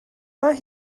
mae